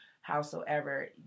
howsoever